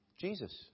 Jesus